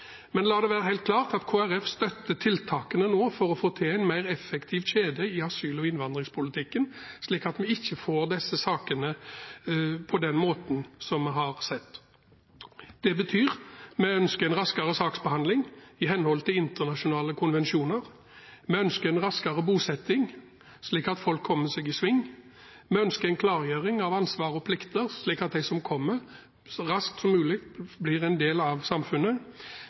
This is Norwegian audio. Men la det være helt klart at Kristelig Folkeparti støtter tiltakene for å få til en mer effektiv kjede i asyl- og innvandringspolitikken, slik at vi ikke får slike saker på den måten som vi har sett. Det betyr: Vi ønsker en raskere saksbehandling i samsvar med internasjonale konvensjoner, vi ønsker en raskere bosetting, slik at folk kommer seg i sving, vi ønsker en klargjøring av ansvar og plikter, slik at de som kommer, så raskt som mulig blir en del av samfunnet.